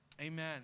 amen